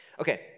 Okay